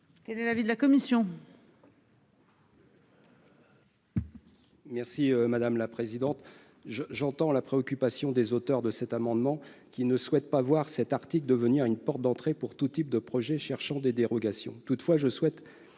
Quel est l'avis de la commission